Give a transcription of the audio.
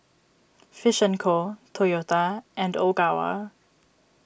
Fish and Co Toyota and Ogawa